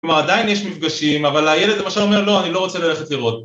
‫כלומר, עדיין יש מפגשים, ‫אבל הילד למשל אומר, ‫לא, אני לא רוצה ללכת לראות.